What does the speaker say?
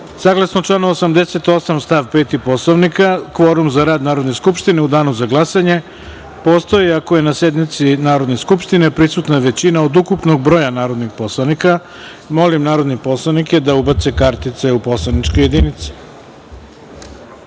kvorum. Saglasno članu 88. stav 5. Poslovnika, kvorum za rad Narodne skupštine u danu za glasanje postoji ako je na sednici Narodne skupštine prisutna većina od ukupnog broja narodnih poslanika. Molim narodne poslanike da ubace kartice u poslaničke